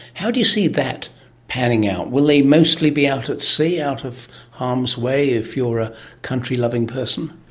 how do you see that panning out? will they mostly be out at sea out of harm's way if you are a country-loving person?